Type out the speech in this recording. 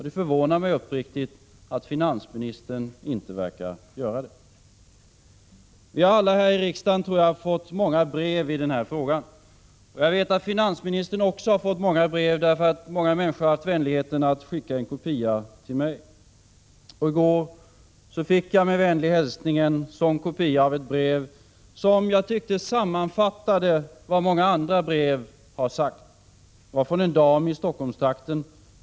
Det förvånar mig uppriktigt, att inte finansministern gör det. Vi alla här i riksdagen har fått många brev i denna fråga. Och jag vet att finansministern också har fått det, eftersom många människor haft vänligheten att skicka en kopia till mig. I går fick jag med en vänlig hälsning en kopia av ett brev som jag tycker sammanfattar vad så många andra brev har sagt. Det var från en dam i Stockholmstrakten.